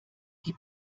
die